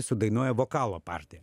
sudainuoja vokalo partiją